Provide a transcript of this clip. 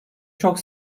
çok